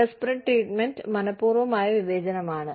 disparate treatment മനഃപൂർവമായ വിവേചനമാണ്